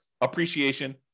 appreciation